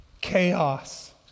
chaos